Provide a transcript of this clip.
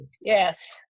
Yes